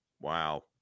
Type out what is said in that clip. Wow